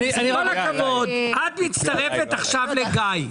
עם כל הכבוד, את מצטרפת עכשיו לגיא.